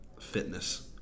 fitness